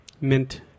mint